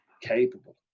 capable